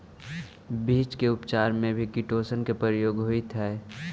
बीज के उपचार में भी किटोशन के प्रयोग होइत हई